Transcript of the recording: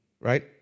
right